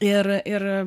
ir ir